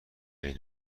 این